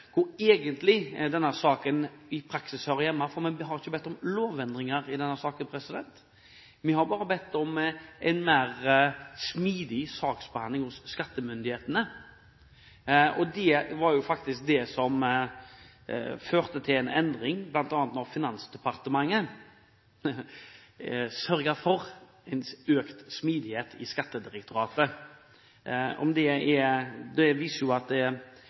hvor den i praksis egentlig hører hjemme, for vi har ikke bedt om lovendringer i denne saken. Vi har bare bedt om en mer smidig saksbehandling hos skattemyndighetene. Det var faktisk det som førte til en endring, da Finansdepartementet sørget for økt smidighet i Skattedirektoratet. Det viser at